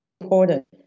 important